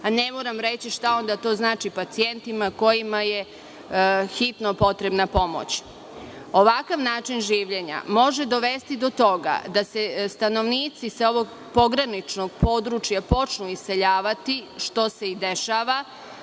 pa ne moram reći šta onda to znači pacijentima kojima je hitno potrebna pomoć. Ovakav način življenja može dovesti do toga da se stanovnici sa ovog pograničnog područja počnu iseljavati, što se i dešava,